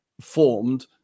formed